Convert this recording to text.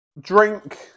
Drink